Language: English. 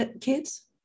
kids